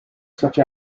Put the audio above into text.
such